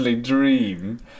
dream